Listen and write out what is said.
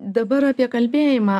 dabar apie kalbėjimą